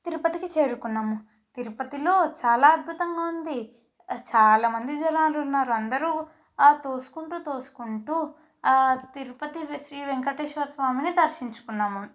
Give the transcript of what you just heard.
తిరుపతికి చేరుకున్నాము తిరుపతిలో చాలా అద్భుతంగా ఉంది చాలా మంది జనాలు ఉన్నారు అందరూ తోసుకుంటూ తోసుకుంటూ తిరుపతి శ్రీ వెంకటేశ్వరస్వామిని దర్శించుకున్నాము